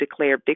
declarevictory